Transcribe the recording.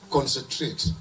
Concentrate